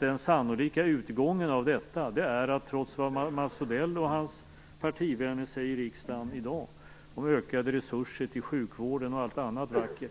Den sannolika utgången av detta är, trots vad Mats Odell och hans partivänner säger i riksdagen i dag om ökade resurser till sjukvården och allt annat vackert,